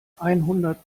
einhundert